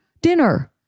dinner